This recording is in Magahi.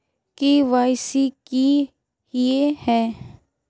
के.वाई.सी की हिये है?